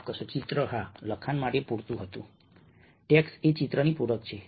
માફ કરશો ચિત્ર હા લખાણ માટે પૂરક હતું ટેક્સ્ટ એ ચિત્રની પૂરક છે